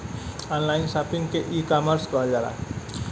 online shopping के ecommerce कहल जाला